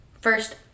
first